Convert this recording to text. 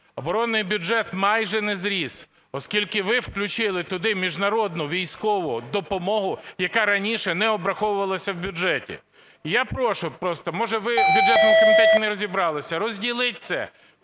Оборонний бюджет майже не зріс, оскільки ви включили туди міжнародну військову допомогу, яка раніше не обраховувалися в бюджеті. Я прошу просто, може, ви в бюджетному комітеті не розібралися, розділіть це,